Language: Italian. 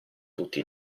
tutti